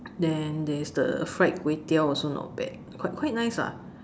then there is the fried kway-teow also not bad quite quite nice ah